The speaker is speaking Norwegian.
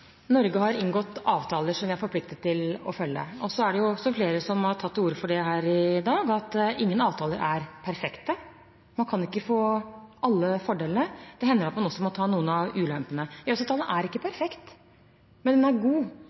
Norge har inngått avtaler som vi er forpliktet til å følge. Så er det også flere som har tatt til orde for det her i dag, at ingen avtaler er perfekte. Man kan ikke få alle fordelene. Det hender at man også må ta noen av ulempene. EØS-avtalen er ikke perfekt, men den er god,